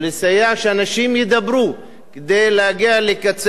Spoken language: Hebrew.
שאנשים ידברו כדי להגיע לקצה של חוט,